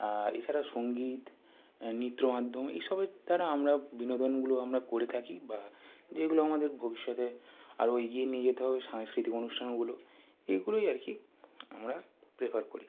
আর এছাড়া সংগীত নৃত্য মাধ্যম এইসবের দ্বারা আমরাও বিনোদনগুলো আমরা করে থাকি বা যেগুলো আমাদের ভবিষ্যতে আরো এগিয়ে নিয়ে যেতে হবে সাংস্কৃতিক অনুষ্ঠানগুলো এইগুলোই আর কি আমরা প্রেফার করি